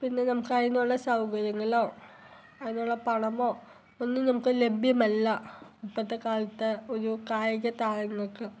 പിന്നെ നമുക്ക് അതിനുള്ള സൗകര്യങ്ങളോ അതിനുള്ള പണമോ ഒന്നും നമുക്ക് ലഭ്യമല്ല ഇപ്പോഴത്തെ കാലത്തെ ഒരു കായിക താരങ്ങൾക്ക്